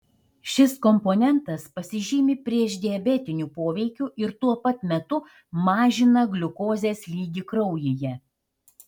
šis komponentas pasižymi priešdiabetiniu poveikiu ir tuo pat metu mažina gliukozės lygį kraujyje